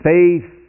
Faith